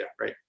right